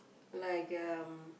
like um